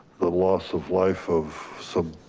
the loss of life of some.